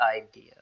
idea